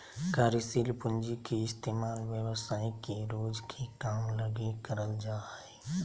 कार्यशील पूँजी के इस्तेमाल व्यवसाय के रोज के काम लगी करल जा हय